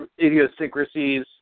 idiosyncrasies